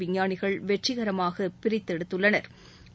விஞ்ஞானிகள் வெற்றிகரமாக பிரித்தெடுத்துள்ளனா்